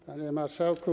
Panie Marszałku!